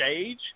stage